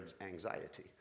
anxiety